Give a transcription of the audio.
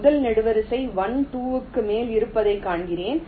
முதல் நெடுவரிசை 1 2 க்கு மேல் இருப்பதைக் காண்கிறேன்